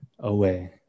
Away